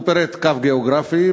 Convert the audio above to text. הוא פירט קו גיאוגרפי,